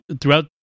throughout